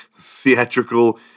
theatrical